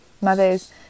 mothers